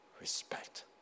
Respect